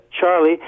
Charlie